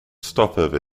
stopover